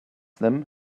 them